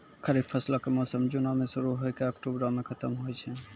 खरीफ फसलो के मौसम जूनो मे शुरु होय के अक्टुबरो मे खतम होय छै